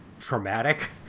traumatic